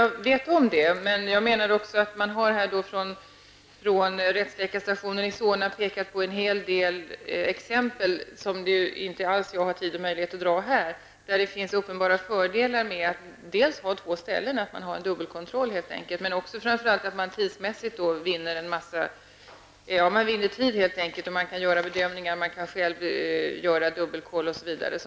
Herr talman! Jag vet om det. Men från rättsläkarstationens sida har man pekat på en hel del exempel, som jag inte alls har tid och möjlighet att ta upp nu. Det finns uppenbara fördelar med att ha verksamhet på två ställen, för då får man dubbelkontroll och helt enkelt vinner tid. Man kan göra bedömningar, man kan själv göra dubbelkontroll.